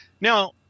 Now